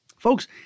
Folks